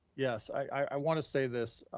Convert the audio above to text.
yes. i wanna say this,